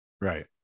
Right